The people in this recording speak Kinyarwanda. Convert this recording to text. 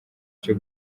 cyo